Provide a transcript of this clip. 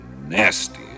nasty